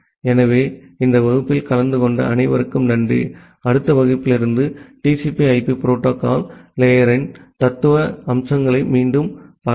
ஆகவே இந்த வகுப்பில் கலந்து கொண்ட அனைவருக்கும் நன்றி அடுத்த வகுப்பிலிருந்து TCP IP புரோட்டோகால் லேயர்ன் தத்துவார்த்த அம்சங்களுக்கு மீண்டும் செல்வோம்